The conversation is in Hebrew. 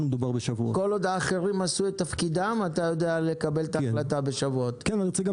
כל עוד האחרים עשו את תפקידם אתה יודע לקבל את ההחלטה תוך מספר שבועות?